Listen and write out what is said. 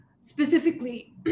Specifically